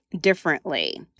differently